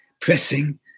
pressing